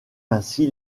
ainsi